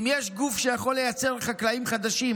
ואם יש גוף שיכול לייצר חקלאים חדשים